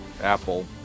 Apple